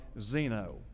Zeno